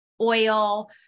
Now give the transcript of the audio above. oil